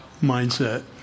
mindset